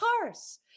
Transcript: cars